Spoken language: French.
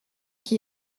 qui